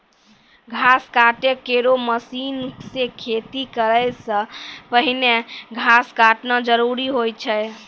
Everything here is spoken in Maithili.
घास काटै केरो मसीन सें खेती करै सें पहिने घास काटना जरूरी होय छै?